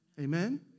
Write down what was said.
Amen